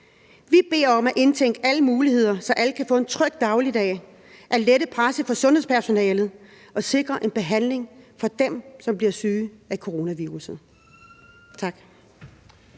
Vi beder om at indtænke alle muligheder, så alle kan få en tryg dagligdag, at lette presset på sundhedspersonalet og sikre en behandling af dem, som bliver syge af coronavirusset. Tak.